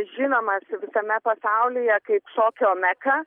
žinomas visame pasaulyje kaip šokio meką